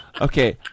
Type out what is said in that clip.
Okay